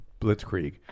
Blitzkrieg